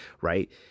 right